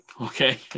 Okay